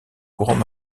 courants